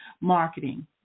marketing